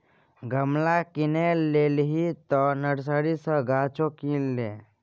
गमला किनिये लेलही तँ नर्सरी सँ गाछो किन ले